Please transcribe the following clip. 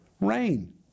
rain